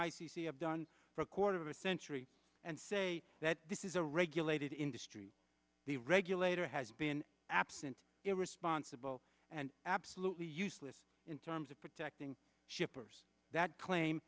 have done for a quarter of a century and say that this is a regulated industry the regulator has been absent irresponsible and absolutely useless in terms of protecting shippers that claim